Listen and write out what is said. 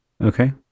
Okay